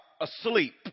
asleep